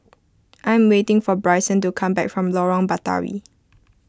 I am waiting for Bryson to come back from Lorong Batawi